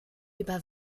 über